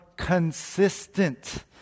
consistent